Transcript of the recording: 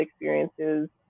experiences